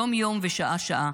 יום-יום ושעה שעה.